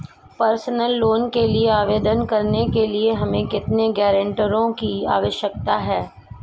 Personal loan के लिए आवेदन करने के लिए हमें कितने गारंटरों की आवश्यकता है?